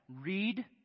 Read